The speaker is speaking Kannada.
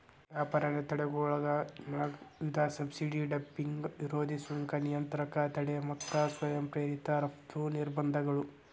ವ್ಯಾಪಾರ ಅಡೆತಡೆಗಳೊಳಗ ನಾಕ್ ವಿಧ ಸಬ್ಸಿಡಿ ಡಂಪಿಂಗ್ ವಿರೋಧಿ ಸುಂಕ ನಿಯಂತ್ರಕ ತಡೆ ಮತ್ತ ಸ್ವಯಂ ಪ್ರೇರಿತ ರಫ್ತು ನಿರ್ಬಂಧಗಳು